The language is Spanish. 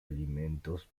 alimentos